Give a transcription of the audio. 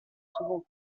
souvent